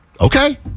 Okay